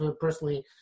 personally